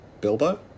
Bilbo